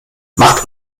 macht